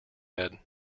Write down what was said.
bed